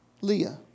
Leah